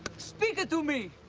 speak to me!